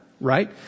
right